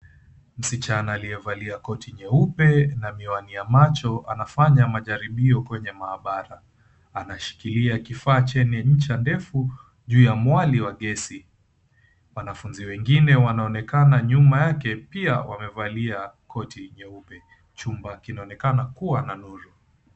Msichana aliyevalia koti nyeupe na miwani ya macho anafanya majaribio kwenye maabara. Anashikilia kifaa chenye ncha ndefu juu ya mwali wa gesi. Wanafunzi wengine wanaonekana nyuma yake pia wamevalia koti nyeupe. Chumba kinaonekana kuwa na nuru.